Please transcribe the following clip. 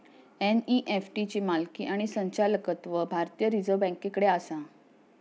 NEFT ची मालकी आणि संचालकत्व भारतीय रिझर्व बँकेकडे आसा